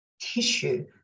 tissue